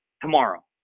tomorrow